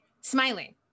smiling